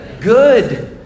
good